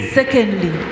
secondly